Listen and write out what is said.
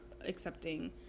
accepting